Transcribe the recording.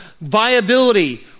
viability